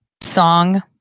song